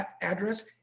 address